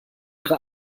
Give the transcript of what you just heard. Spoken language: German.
ihre